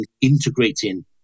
integrating